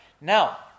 now